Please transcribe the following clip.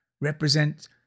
represent